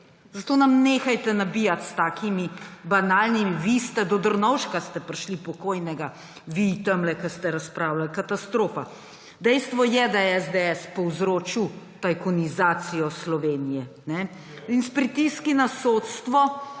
Zato nam nehajte nabijati s takim banalnim; vi ste do pokojnega Drnovška prišli, vi tamle, ki ste razpravljali. Katastrofa. Dejstvo je, da je SDS povzročil tajkunizacijo Slovenije. In s pritisk na sodstvo